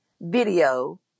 video